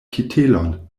kitelon